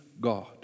God